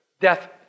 death